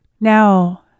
Now